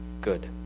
good